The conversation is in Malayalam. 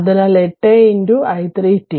അതിനാൽ 8 i3t